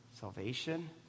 Salvation